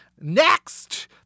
Next